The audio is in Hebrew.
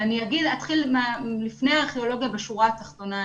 אני אתחיל לפני הארכיאולוגיה בשורה התחתונה.